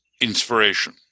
inspiration